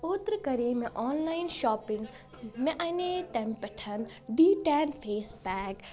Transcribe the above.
اوترٕ کریٚیہِ مےٚ آن لاین شاپِنگ مےٚ اَنیٚیہِ تٔمہِ پٮ۪ٹھ ڈی ٹین فیس پیک